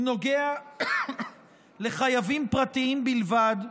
הוא נוגע לחייבים פרטיים בלבד,